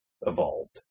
evolved